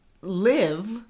live